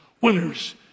winners